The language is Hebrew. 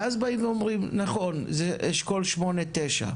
ואז באים ואומרים נכון, זה אשכול שמונה-תשע.